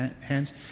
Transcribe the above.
hands